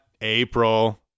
April